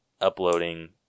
uploading